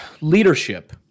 leadership